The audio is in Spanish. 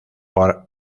por